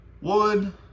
One